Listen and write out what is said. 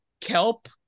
kelp